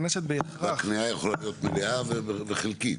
וההקניה יכולה להיות מלאה וחלקית.